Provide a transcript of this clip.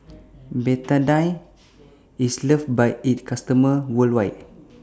Betadine IS loved By its customers worldwide